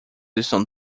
estão